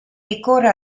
ricorre